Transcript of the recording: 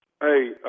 Hey